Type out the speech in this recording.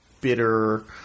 bitter